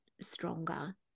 stronger